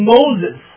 Moses